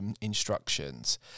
instructions